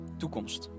toekomst